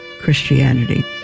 Christianity